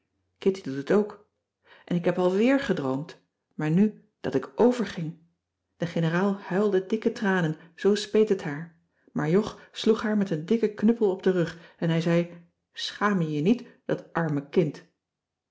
doet het ook en ik heb alwèer gedroomd maar nu dat ik overging de generaal huilde dikke tranen zoo speet het haar maar jog sloeg haar met een dikken knuppel op den rug en hij zei schaam je je niet dat arme kind